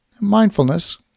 mindfulness